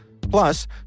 Plus